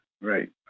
right